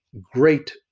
great